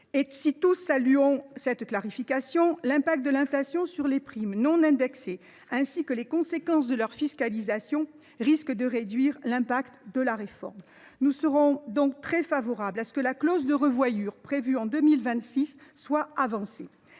Nous saluons tous cette clarification, mais l’impact de l’inflation sur des primes non indexées, ainsi que les conséquences de leur fiscalisation, risquent de réduire l’impact de la réforme. Nous souhaitons donc vivement que la clause de revoyure prévue pour 2026 soit avancée.